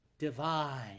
Divine